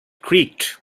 creaked